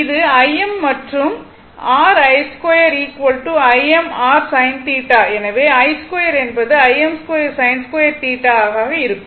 இது Im மற்றும் இது r i2 Im r sinθ எனவே i2 என்பது Im2sin2θ ஆக இருக்கும்